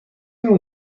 نوع